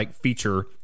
feature